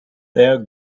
there